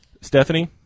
Stephanie